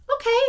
Okay